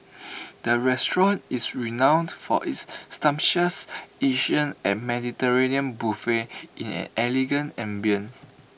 the restaurant is renowned for its sumptuous Asian and Mediterranean buffet in an elegant ambience